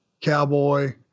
cowboy